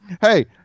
Hey